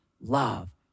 love